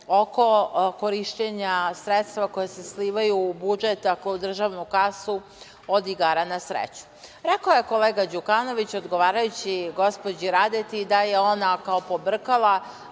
oko korišćenja sredstava koja se slivaju u budžet, a koja u državnu kasu od igara na sreću. Rekao je kolega Đukanović odgovarajući gospođi Radeti da je ona kao pobrkala